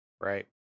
Right